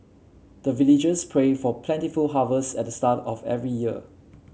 the villagers pray for plentiful harvest at the start of every year